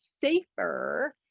safer